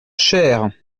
cher